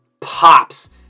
pops